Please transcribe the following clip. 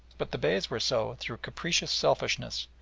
but the beys were so through capricious selfishness,